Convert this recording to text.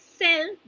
sell